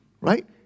right